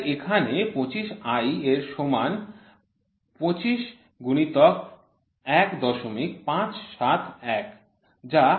তাই এখানে 25i এর সমান ২৫ গুণিতক ১৫৭১